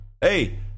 Hey